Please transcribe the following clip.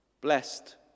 blessed